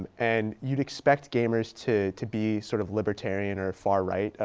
um and you'd expect gamers to to be sort of libertarian or far right.